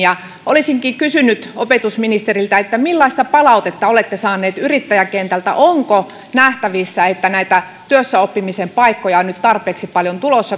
olisinkin kysynyt opetusministeriltä millaista palautetta olette saanut yrittäjäkentältä onko nähtävissä että työssäoppimisen paikkoja on nyt tulossa tarpeeksi paljon